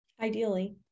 Ideally